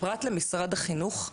פרט למשרד החינוך,